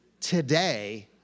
today